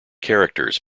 characters